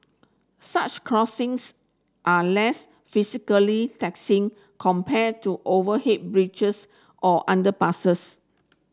such crossings are less physically taxing compared to overhead bridges or underpasses